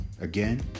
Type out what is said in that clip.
again